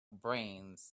brains